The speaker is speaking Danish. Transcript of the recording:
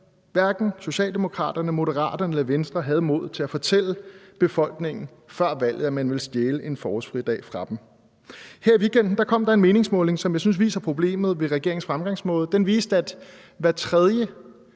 hverken Socialdemokraterne, Moderaterne eller Venstre havde modet til at fortælle befolkningen før valget, at man ville stjæle en forårsfridag fra dem. Her i weekenden kom der en meningsmåling, som jeg synes viser problemet ved regeringens fremgangsmåde. Den viste, at hver tredje